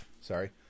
Sorry